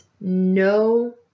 no